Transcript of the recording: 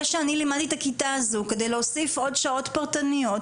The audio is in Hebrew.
שאני לימדתי את הכיתה הזאת כדי להוסיף עוד שעות פרטניות,